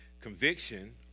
Conviction